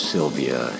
Silvia